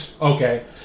okay